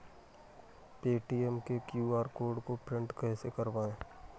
Paytm के Q R code को print कैसे करवाएँ?